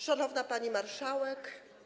Szanowna Pani Marszałek!